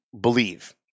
believe